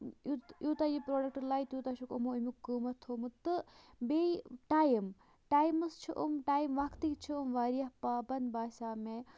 اِ یوٗتاہ یہِ پرڈۄکٹ لَوِ تیوٗتاہ چھُکھ یِمو اَمیُک قۭمَتھ تھوٚمُت تہٕ بیٚیہِ ٹایِم ٹایِمَس چھِ یِم ٹا وَقتی چھِ یِم واریاہ پابنٛد باسیو مےٚ